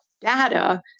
data